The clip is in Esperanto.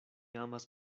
amas